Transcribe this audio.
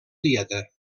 dieta